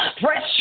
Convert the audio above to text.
Fresh